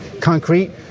Concrete